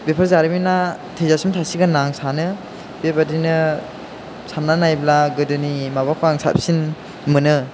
बेफोर जारिमिना थैजासिम थासिगोन होनना आं सानो बेबायदिनो साननानै नायोब्ला गोदोनि माबाखौ आं साबसिन मोनो